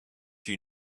you